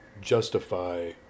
justify